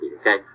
okay